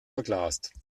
verglast